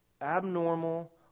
abnormal